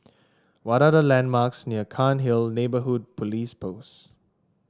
what are the landmarks near Cairnhill Neighbourhood Police Post